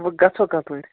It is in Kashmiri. وۅں گژھو کَتھ پٲٹھۍ